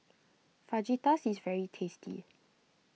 Fajitas is very tasty